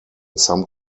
some